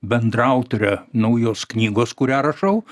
bendraautore naujos knygos kurią rašau